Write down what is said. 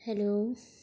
hello